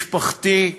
משפחתי,